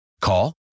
Call